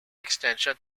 extension